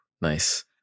nice